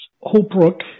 Holbrook